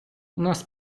нас